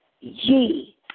ye